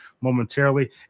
momentarily